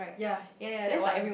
ya that one